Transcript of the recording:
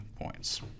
points